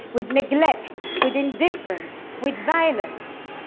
with neglect, with indifference, with violence.